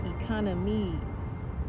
economies